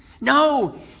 No